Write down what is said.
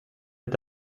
est